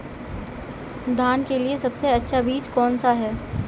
धान के लिए सबसे अच्छा बीज कौन सा है?